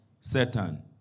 Satan